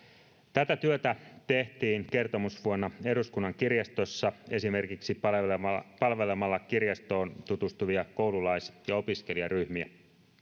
tätä työtä tehtiin kertomusvuonna eduskunnan kirjastossa esimerkiksi palvelemalla palvelemalla kirjastoon tutustuvia koululais ja opiskelijaryhmiä